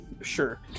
Sure